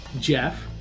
jeff